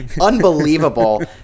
Unbelievable